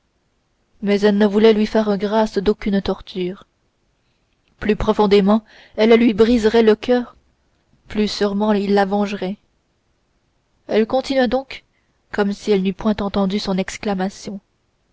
mais elle ne voulait lui faire grâce d'aucune torture plus profondément elle lui briserait le coeur plus sûrement il la vengerait elle continua donc comme si elle n'eût point entendu son exclamation